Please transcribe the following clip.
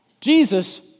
Jesus